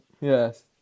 yes